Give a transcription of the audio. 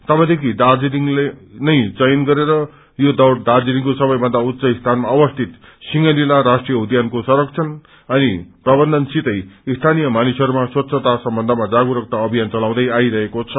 तबदेखि दार्जीलिङ्लाई नै चयन गरेर यो दौड़ दार्जीलिङ्को सबैभन्दा उच्च स्थानमा अवस्थित सिंहलीला राष्ट्रिय उध्यानको संरक्षण अनि प्रबन्धन सितै स्थानीय मानिसहरूमा स्वच्छता सम्बन्धमा जागरूकता अभिान चलाउँदै आइरहेको छ